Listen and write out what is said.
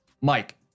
Mike